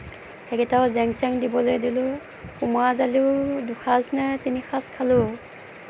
সেইকেইটাও জেং চেং দিবলে দিলোঁ কোমোৰা জালিও দুসাজ নে তিনিসাজ খালোঁ